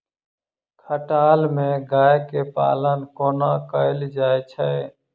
खटाल मे गाय केँ पालन कोना कैल जाय छै?